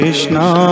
Krishna